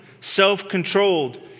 self-controlled